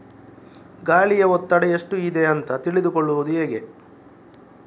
ಗಾಳಿಯ ಒತ್ತಡ ಎಷ್ಟು ಇದೆ ಅಂತ ತಿಳಿದುಕೊಳ್ಳುವುದು ಹೇಗೆ?